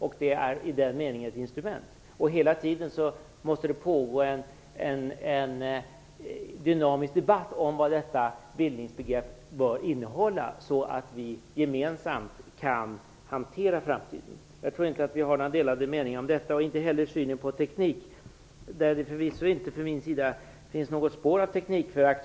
Det är i den meningen ett instrument. Hela tiden måste det pågå en dynamisk debatt om vad detta bildningsbegrepp bör innehålla, så att vi gemensamt kan hantera framtiden. Jag tror inte att vi har några delade meningar om detta. Inte heller om synen på teknik, där det förvisso inte från min sida finns något spår av teknikförakt.